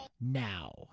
Now